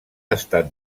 estat